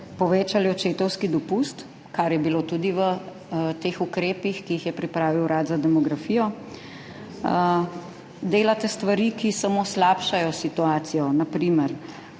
povečali očetovski dopust, kar je bilo tudi v teh ukrepih, ki jih je pripravil Urad za demografijo, delate stvari, ki samo slabšajo situacijo.